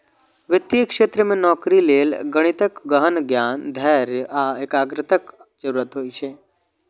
वित्तीय क्षेत्र मे नौकरी लेल गणितक गहन ज्ञान, धैर्य आ एकाग्रताक जरूरत होइ छै